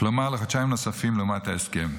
כלומר לחודשיים נוספים לעומת ההסכם.